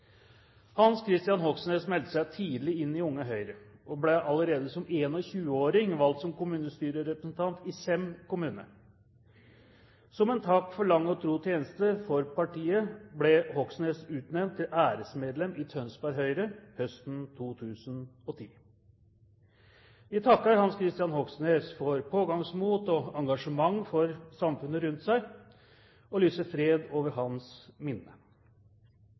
Hans Kristian Hogsnes meldte seg tidlig inn i Unge Høyre og ble allerede som 21-åring valgt som kommunestyrerepresentant i Sem kommune. Som en takk for lang og tro tjeneste for partiet ble Hogsnes utnevnt til æresmedlem i Tønsberg Høyre høsten 2010. Vi takker Hans Kristian Hogsnes for pågangsmot og engasjement for samfunnet rundt seg og lyser fred over hans minne.